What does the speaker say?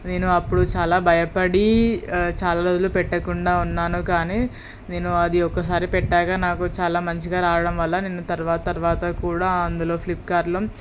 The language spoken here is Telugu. నేను అప్పుడు చాలా భయపడి చాలా రోజులు పెట్టకుండా ఉన్నాను కానీ నేను అది ఒకసారి పెట్టాక నాకు చాలా మంచిగా రావడం వల్ల నేను తర్వాత తర్వాత కూడా అందులో ఫ్లిప్కార్ట్లో